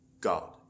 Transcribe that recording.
God